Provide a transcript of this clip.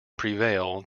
prevail